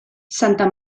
santa